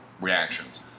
reactions